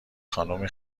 خانم